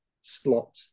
slot